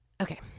Okay